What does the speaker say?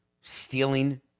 Stealing